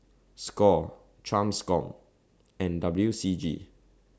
SCORE TRANSCOM and W C G